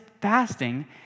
fasting